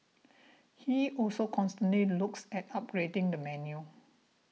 he also constantly looks at upgrading the menu